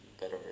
better